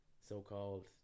so-called